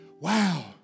Wow